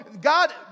God